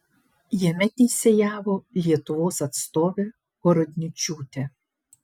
jame teisėjavo lietuvos atstovė horodničiūtė